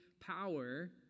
power